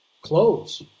clothes